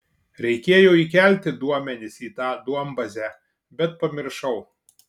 reikėjo įkelti duomenis į tą duombazę bet pamiršau